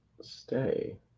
Stay